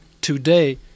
today